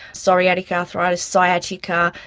psoriatic arthritis, sciatica.